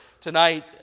tonight